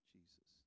Jesus